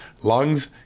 lungs